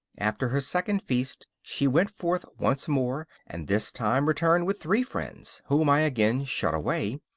after her second feast she went forth once more, and this time returned with three friends, whom i again shut away,